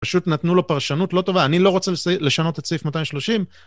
פשוט נתנו לו פרשנות לא טובה, אני לא רוצה לשנות את סעיף 230.